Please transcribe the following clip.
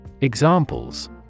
Examples